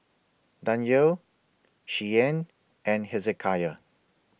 Danyel Shianne and Hezekiah